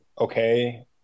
okay